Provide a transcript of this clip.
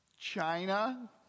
China